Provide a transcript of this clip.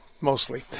mostly